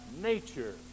nature